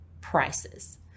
prices